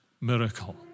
miracle